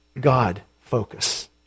God-focus